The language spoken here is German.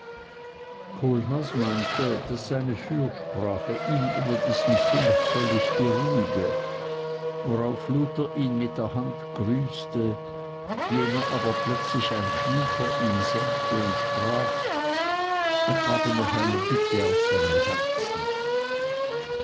meinte daß seine fürsprache ihn über diesen punkt völlig beruhige worauf luther ihn mit der hand grüßte jener aber plötzlich ein knie vor ihm senkte und sprach er habe noch eine bitte auf seinem herzen